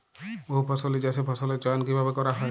বহুফসলী চাষে ফসলের চয়ন কীভাবে করা হয়?